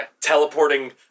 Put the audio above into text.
teleporting